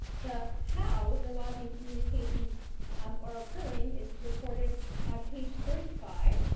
the how, the lobbying communications um are occurring is reported on page thirty five.